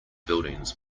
buildings